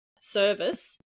service